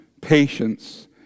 patience